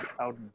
out